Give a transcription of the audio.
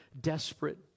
desperate